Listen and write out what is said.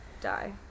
die